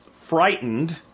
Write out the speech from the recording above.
frightened